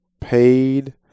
paid